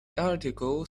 article